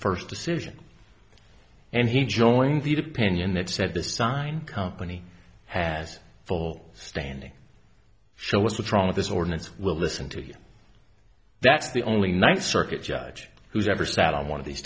first decision and he joined the opinion that said this sign company has full standing show was withdrawn at this ordinance will listen to you that's the only ninth circuit judge who's ever sat on one of these